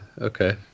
Okay